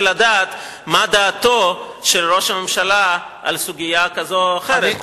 לדעת מה דעתו של ראש הממשלה על סוגיה כזאת או אחרת.